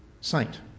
saint